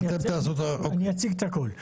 אני אציג את הכול.